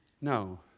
No